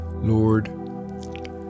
Lord